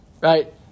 right